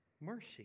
mercy